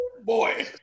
boy